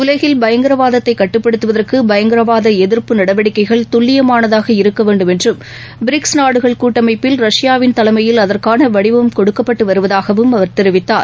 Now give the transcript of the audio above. உலகில் பயங்கரவாதத்தை கட்டுப்படுத்துவதற்கு பயங்கரவாத எதிர்ப்பு நடவடிக்கைகள் துல்லியமானதாக இருக்க வேண்டும் என்றும் பிரிக்ஸ் நாடுகள் கூட்டமைப்பில் ரஷ்பாவின் தலைமையில் அதற்காள வடிவம் கொடுக்கப்பட்டு வருவதாக அவர் தெரிவித்தார்